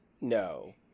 No